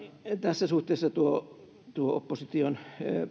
tässä suhteessa tuo tuo opposition